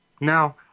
Now